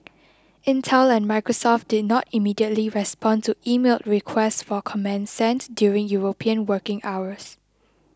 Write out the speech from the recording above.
Intel and Microsoft did not immediately respond to emailed requests for comment sent during European working hours